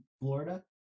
Florida